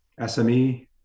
SME